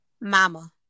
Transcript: mama